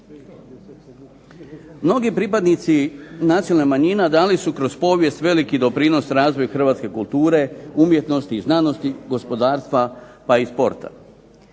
Mnogi pripadnici nacionalnih manjina dali su kroz povijest veliki doprinos razvoju hrvatske kulture, umjetnosti i znanosti, gospodarstva pa i sporta.